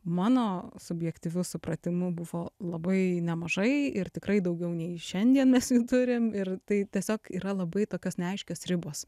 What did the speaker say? mano subjektyviu supratimu buvo labai nemažai ir tikrai daugiau nei šiandien mes jų turim ir tai tiesiog yra labai tokios neaiškios ribos